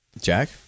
Jack